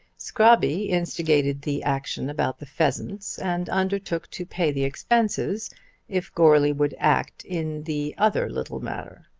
scrobby instigated the action about the pheasants, and undertook to pay the expenses if goarly would act in the other little matter.